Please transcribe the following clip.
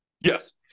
yes